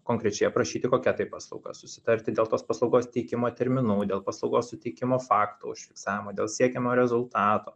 konkrečiai aprašyti kokia tai paslauga susitarti dėl tos paslaugos teikimo terminų dėl paslaugos suteikimo fakto užfiksavimo dėl siekiamo rezultato